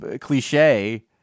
cliche